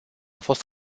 fost